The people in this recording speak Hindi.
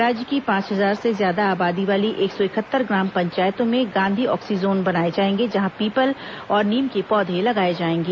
राज्य की पांच हजार से ज्यादा आबादी वाली एक सौ इकहत्तर ग्राम पंचायतों में गांधी ऑक्सीजोन बनाए जाएंगे जहां पीपल और नीम के पौधे लगाए जाएंगे